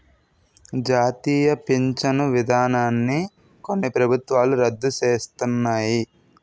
జాతీయ పించను విధానాన్ని కొన్ని ప్రభుత్వాలు రద్దు సేస్తన్నాయి